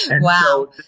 Wow